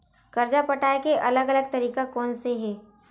कर्जा पटाये के अलग अलग तरीका कोन कोन से हे?